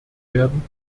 werden